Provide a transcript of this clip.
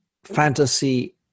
fantasy